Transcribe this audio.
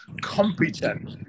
competent